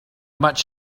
much